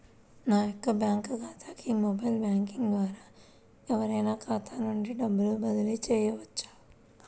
నా యొక్క బ్యాంక్ ఖాతాకి మొబైల్ బ్యాంకింగ్ ద్వారా ఎవరైనా ఖాతా నుండి డబ్బు బదిలీ చేయవచ్చా?